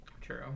True